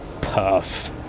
puff